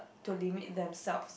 to limit themselves